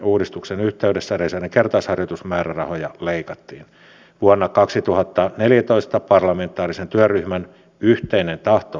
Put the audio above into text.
tämä keskustelu on osoittanut että tämä on erittäin tärkeä ja tarpeellinen välikysymys